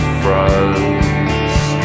froze